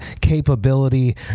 Capability